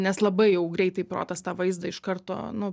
nes labai jau greitai protas tą vaizdą iš karto nu